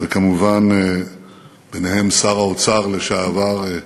וכמובן, ביניהם שר האוצר לשעבר,